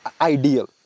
ideal